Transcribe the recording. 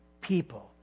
people